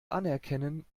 anerkennen